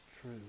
true